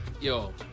Yo